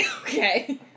Okay